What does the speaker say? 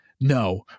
No